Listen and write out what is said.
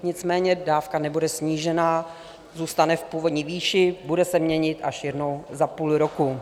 Nicméně dávka nebude snížena, zůstane v původní výši, bude se měnit až jednou za půl roku.